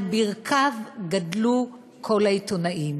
על ברכיו גדלו כל העיתונאים.